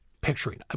picturing